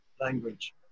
language